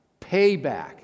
payback